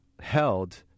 held